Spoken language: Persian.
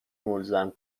ملزم